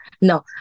no